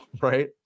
Right